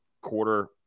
quarter